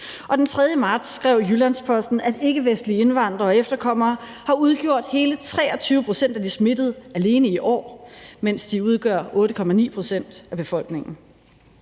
Den 3. marts skrev Jyllands-Posten, at ikkevestlige indvandrere og efterkommere har udgjort hele 23 pct. af de smittede alene i år, mens de udgør 8,9 pct. af befolkningen.